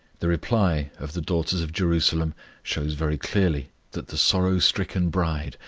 the reply of the daughters of jerusalem shows very clearly that the sorrow-stricken bride,